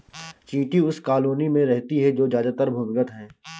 चींटी उस कॉलोनी में रहती है जो ज्यादातर भूमिगत है